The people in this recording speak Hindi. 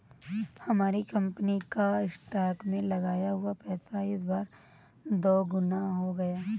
हमारी कंपनी का स्टॉक्स में लगाया हुआ पैसा इस बार दोगुना हो गया